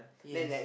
yes